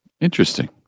Interesting